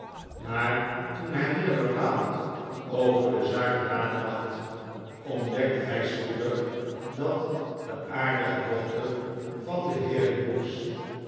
maar toen hy meer bepaald over de zaak nadacht ontdekte hy spoedig dat de aardige dochter van den heer hughes